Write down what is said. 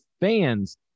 fans